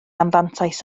anfantais